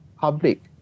public